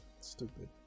stupid